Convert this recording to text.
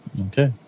Okay